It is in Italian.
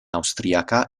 austriaca